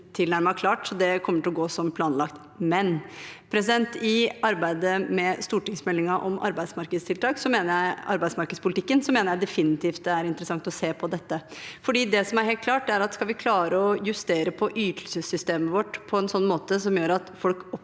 det kommer til å gå som planlagt, men i arbeidet med stortingsmeldingen om arbeidsmarkedspolitikken mener jeg definitivt det er interessant å se på dette. Det som er helt klart, er at skal vi klare å justere på ytelsessystemet vårt på en måte som gjør at folk reelt